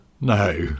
No